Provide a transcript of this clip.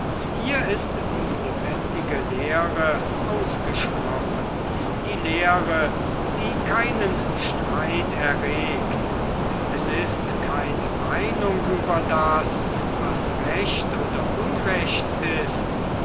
hier ist die lebendige lehre ausgesprochen die lehre die keinen streit erregt es ist keine meinung über das was recht oder unrecht ist